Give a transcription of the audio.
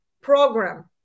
program